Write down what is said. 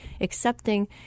accepting